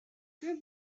que